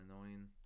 annoying